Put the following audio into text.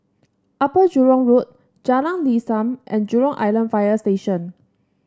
Upper Jurong Road Jalan Lam Sam and Jurong Island Fire Station